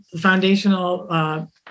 foundational